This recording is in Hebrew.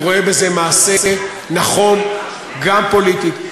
אני רואה בזה מעשה נכון גם פוליטית,